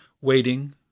Waiting